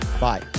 Bye